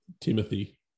Timothy